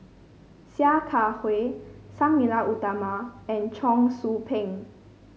Sia Kah Hui Sang Nila Utama and Cheong Soo Pieng